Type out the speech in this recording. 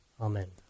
amen